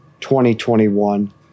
2021